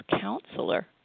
counselor